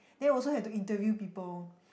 they also have to interview people